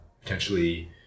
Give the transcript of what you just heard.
potentially